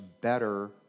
better